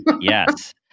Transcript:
yes